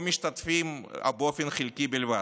או משתתפים באופן חלקי בלבד.